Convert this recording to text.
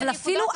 אבל אפילו,